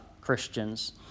Christians